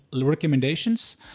recommendations